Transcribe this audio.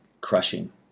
crushing